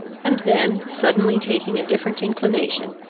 and then, suddenly taking a different inclination,